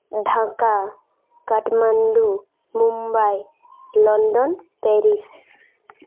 Dhaka Kathmandu Mumbai London Paris